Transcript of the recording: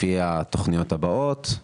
לפי התכניות הבאות: